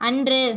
அன்று